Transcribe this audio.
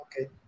okay